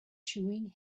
chewing